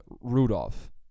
Rudolph